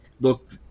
look